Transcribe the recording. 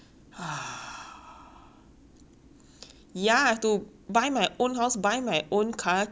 ya have to buy my own house buy my own car keep my own dogs and then pay for that house